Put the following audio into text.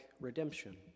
redemption